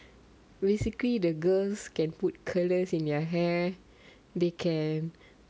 basically the girls can put colours in their hair they can